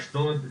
אשדוד,